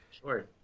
sure